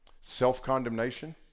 Self-condemnation